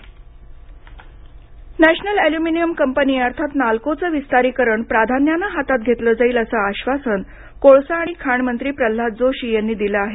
Pralhad Joshi national aluminium company अर्थात नाल्कोचं विस्तारीकरण प्राधान्यानं हातात घेतलं जाईल असं आश्वासन कोळसा आणि खाण मंत्री प्रल्हाद जोशी यांनी दिलं आहे